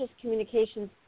Communications